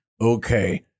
okay